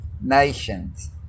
nations